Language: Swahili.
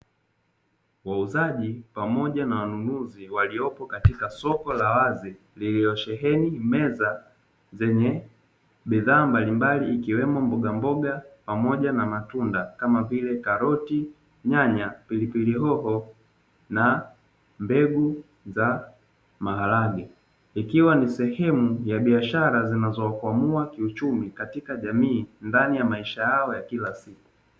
Wauzaji pamoja na wanunuzi waliopo katika soko la wazi, lililosheheni meza zenye bidhaa mbalimbali ikiwemo mbogamboga pamoja na matunda kama vile: karoti, nyanya, pilipili hoho na mbegu za maharage. Ikiwa ni sehemunya biashara zinazowakwamua kiuchumi katika jamii ndani ya maisha yao ya kila siku.